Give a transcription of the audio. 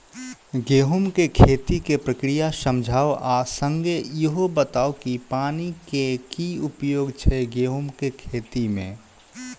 गेंहूँ केँ खेती केँ प्रक्रिया समझाउ आ संगे ईहो बताउ की पानि केँ की उपयोग छै गेंहूँ केँ खेती में?